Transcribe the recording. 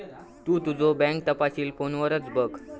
तु तुझो बँक तपशील फोनवरच बघ